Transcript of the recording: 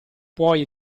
puoi